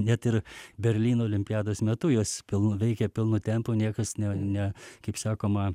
net ir berlyno olimpiados metu jos pilnu veikė pilnu tempu niekas ne ne kaip sakoma